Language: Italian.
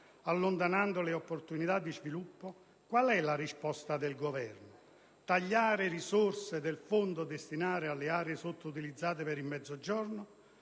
allontanando le opportunità di sviluppo, qual è la risposta del Governo? Tagliare le risorse del Fondo destinato alle aree sottoutilizzate del Mezzogiorno.